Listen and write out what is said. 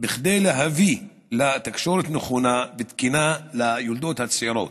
כדי להביא לתקשורת נכונה ותקינה עם היולדות הצעירות.